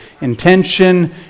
intention